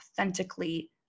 authentically